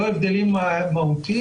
לא הבדלים מהותיים.